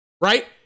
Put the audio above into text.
right